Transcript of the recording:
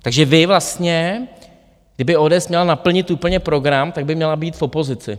Takže vy vlastně, kdyby ODS měla naplnit úplně program, tak by měla být v opozici.